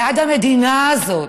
בעד המדינה הזאת: